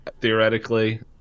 theoretically